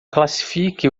classifique